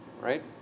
right